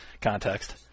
context